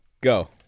go